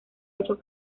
ocho